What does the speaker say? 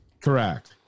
Correct